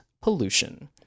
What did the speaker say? pollution